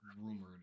rumored